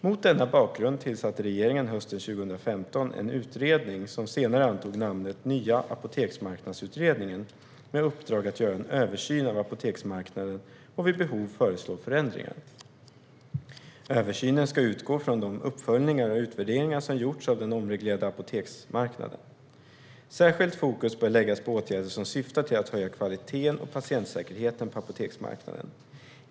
Mot denna bakgrund tillsatte regeringen hösten 2015 en utredning, som senare antog namnet Nya apoteksmarknadsutredningen, med uppdrag att göra en översyn av apoteksmarknaden och vid behov föreslå förändringar. Översynen ska utgå från de uppföljningar och utvärderingar som har gjorts av den omreglerade apoteksmarknaden. Särskilt fokus bör läggas på åtgärder som syftar till att höja kvaliteten och patientsäkerheten på apoteksmarknaden.